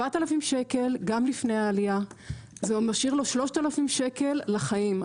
7,000 שקל גם לפני העלייה זה משאיר לו 3,000 שקל לחיים.